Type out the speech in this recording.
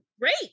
great